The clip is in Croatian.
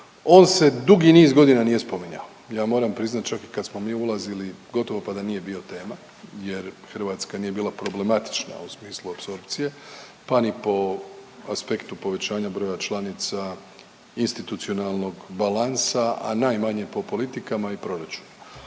on se dugi niz godina nije spominjao. Ja moram priznat čak i kad smo mi ulazili gotovo pa da nije bio tema jer Hrvatska nije bila problematična u smislu apsorpcije, pa ni po aspektu povećanja broja članica institucionalnog balansa, a najmanje po politikama i proračunu.